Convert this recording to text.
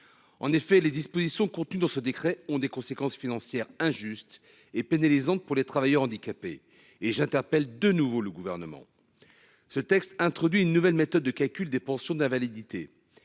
En effet les dispositions contenues dans ce décret ont des conséquences financières injuste et pénalisante pour les travailleurs handicapés et je t'appelle de nouveau le gouvernement. Ce texte introduit une nouvelle méthode de calcul des pensions d'invalidité.